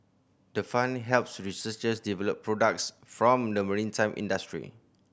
the fund helps researchers develop products from the maritime industry